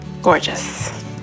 Gorgeous